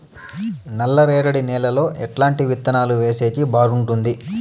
నల్లరేగడి నేలలో ఎట్లాంటి విత్తనాలు వేసేకి బాగుంటుంది?